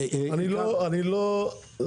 אני לא שופט.